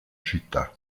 città